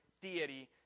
deity